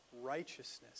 righteousness